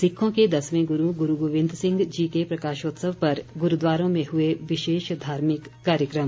सिखों के दसवें गुरू गुरू गोबिंद सिंह जी के प्रकाशोत्सव पर गुरूद्वारों में हुए विशेष धार्मिक कार्यक्रम